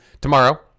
tomorrow